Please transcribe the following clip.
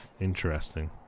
Interesting